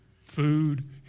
food